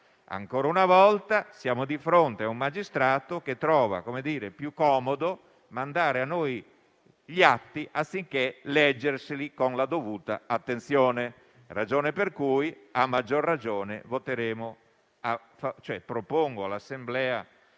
Ancora una volta, siamo di fronte a un magistrato che trova più comodo mandare a noi gli atti anziché leggerli con la dovuta attenzione, motivo per cui, a maggior ragione, propongo all'Assemblea